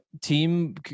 team